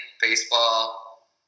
Baseball